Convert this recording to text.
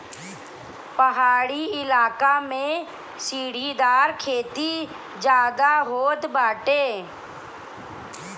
पहाड़ी इलाका में सीढ़ीदार खेती ज्यादा होत बाटे